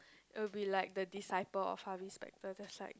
it will be like the disciple of Harvey-Specter that's like